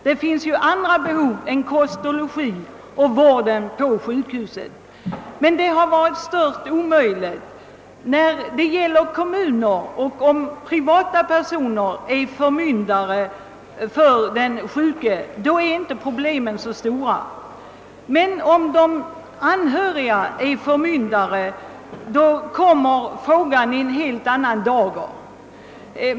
Det finns ju andra behov än kost och logi och vården på sjukhuset. Men det har varit fullkomligt omöjligt att få dessa tillgodosedda. När kommuner eller privata personer är förmyndare för den sjuke är inte problemen så stora. Men om de anhöriga är förmyndare kommer frågan i ett helt annat läge.